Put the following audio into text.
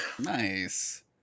Nice